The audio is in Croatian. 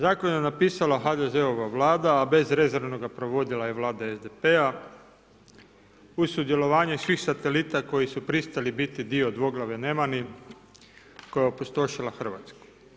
Zakon je napisala HDZ-ova Vlada, a bezrezervno ga provodila i vlada SDP-a uz sudjelovanje svih satelita koji su pristali biti dio dvoglave nemani koja je opustošila Hrvatsku.